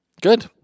Good